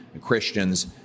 Christians